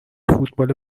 فوتبال